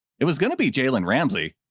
it was going to be jalen ramsey,